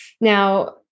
Now